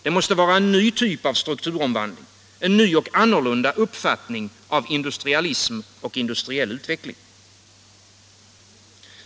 Vi måste få en ny typ av strukturomvandling, en ny och annorlunda uppfattning om industrialism och industriell utveckling.